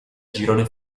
girone